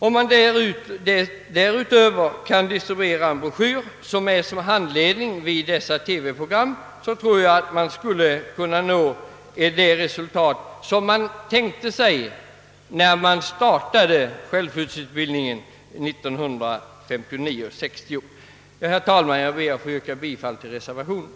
Om man därutöver distribuerar en broschyr som kan utgöra handledning vid dessa TV-program, tror jag att man skulle kunna nå det resultat som man tänkte sig när man startade självskyddsutbildningen 1959/60. Herr talman! Jag ber att få yrka bifall till reservationen.